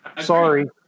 Sorry